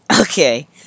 Okay